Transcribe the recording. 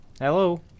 Hello